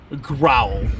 growl